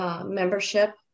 membership